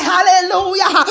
Hallelujah